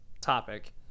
topic